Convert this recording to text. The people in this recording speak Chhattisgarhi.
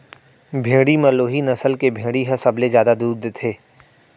भेड़ी म लोही नसल के भेड़ी ह सबले जादा दूद देथे